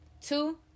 two